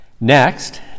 Next